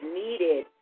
needed